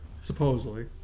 Supposedly